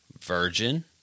Virgin